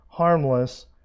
harmless